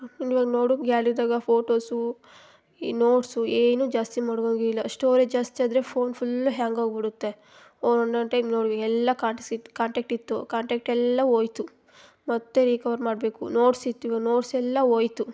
ಇವಾಗ ನೋಡು ಗ್ಯಾಲ್ರಿದಾಗ ಫೋಟೋಸು ಈ ನೋಟ್ಸು ಏನು ಜಾಸ್ತಿ ಮಡುಗಂಗೆ ಇಲ್ಲ ಸ್ಟೋರೇಜ್ ಜಾಸ್ತಿ ಆದರೆ ಫೋನ್ ಫುಲ್ ಹ್ಯಾಂಗ್ ಆಗಿಬಿಡುತ್ತೆ ಒನ್ನೊಂದೇ ಟೈಮ್ ನೋಡ್ವಿ ಎಲ್ಲ ಕಾಂಟ್ಸ್ ಇತ್ತು ಕಾಂಟ್ಯಾಕ್ಟ್ ಇತ್ತು ಕಾಂಟ್ಯಾಕ್ಟ್ ಎಲ್ಲ ಹೋಯ್ತು ಮತ್ತು ರಿಕವರ್ ಮಾಡಬೇಕು ನೋಟ್ಸ್ ಇತ್ತು ಇವಾಗ ನೋಟ್ಸ್ ಎಲ್ಲ ಹೋಯ್ತು